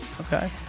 Okay